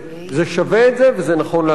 זה שווה את זה וזה נכון להשקיע.